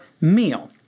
meal